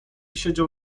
siedział